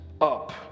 up